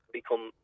become